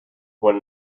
when